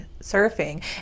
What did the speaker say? surfing